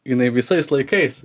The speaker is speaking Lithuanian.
jinai visais laikais